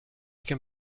can